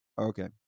Okay